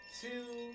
two